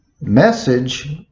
message